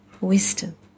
wisdom